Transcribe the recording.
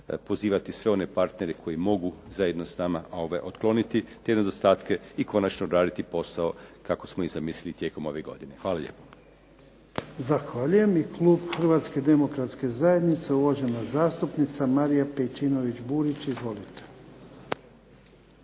pozivati sve one partnere koji mogu zajedno s nama, a ove otkloniti te nedostatke i konačno raditi posao kako smo i zamislili tijekom ovih godina. Hvala lijepo. **Jarnjak, Ivan (HDZ)** Zahvaljujem. I klub Hrvatske demokratske zajednice, uvažena zastupnica Marija Pejčinović Burić. Izvolite.